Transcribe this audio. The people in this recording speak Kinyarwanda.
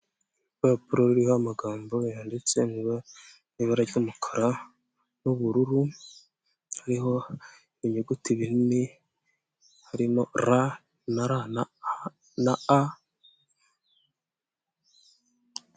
Urupapuro ruriho amagambo yanditse mu ibara ry'umukara n'ubururu hariho inyuguti nini harimo ra na ra na a.